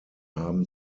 haben